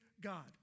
God